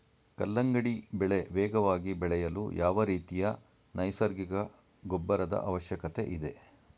ಕಲ್ಲಂಗಡಿ ಬೆಳೆ ವೇಗವಾಗಿ ಬೆಳೆಯಲು ಯಾವ ರೀತಿಯ ನೈಸರ್ಗಿಕ ಗೊಬ್ಬರದ ಅವಶ್ಯಕತೆ ಇದೆ?